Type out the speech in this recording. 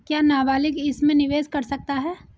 क्या नाबालिग इसमें निवेश कर सकता है?